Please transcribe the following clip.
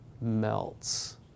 melts